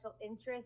interest